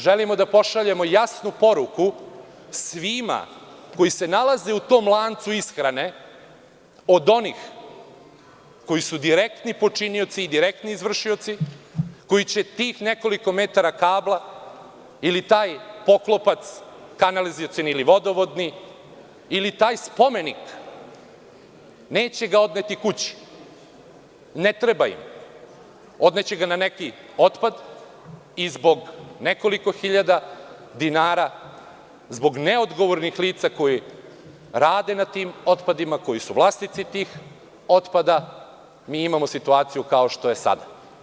Želimo da pošaljemo jasnu poruku svima koji se nalaze u tom lancu ishrane, od onih koji su direktni počinioci i direktni izvršioci, koji će tih nekoliko metara kabla ili taj poklopac, kanalizacioni ili vodovodni, ili taj spomenik, neće ga odneti kući, ne treba im, odneće ga na neki otpad i zbog nekoliko hiljada dinara, zbog neodgovornih lica koji rade na tim otpadima, koji su vlasnici tih otpada, mi imamo situaciju kao što je sada.